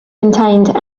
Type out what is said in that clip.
contained